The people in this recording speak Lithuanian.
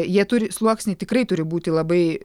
jie turi sluoksiai tikrai turi būti labai